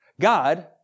God